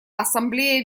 ассамблея